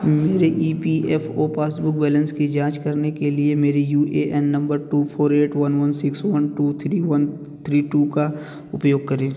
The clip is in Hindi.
मेरे E P F M O passbook balance की जाँच करने के लिए मेरे U A N N number two four eight one one six one two three one three two का उपयोग करें